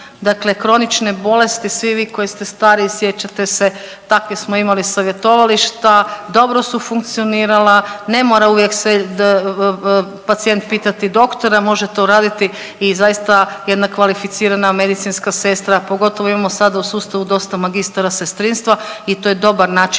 Dakle kronične bolesti, svi vi koji ste stariji, sjećate se, takvih smo imali savjetovališta, dobro su funkcionirala, ne mora uvijek sve pacijent pitati doktora, može to raditi i zaista jedna kvalificirana medicinska sestra, pogotovo imamo sada u sustavu dosta magistara sestrinstva i to je dobar način